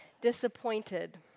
disappointed